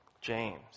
James